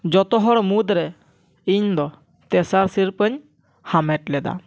ᱡᱚᱛᱚ ᱦᱚᱲ ᱢᱩᱫᱽᱨᱮ ᱤᱧ ᱫᱚ ᱛᱮᱥᱟᱨ ᱥᱤᱨᱯᱟᱹᱧ ᱦᱟᱢᱮᱴ ᱞᱮᱫᱟ